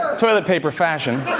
toilet paper fashion.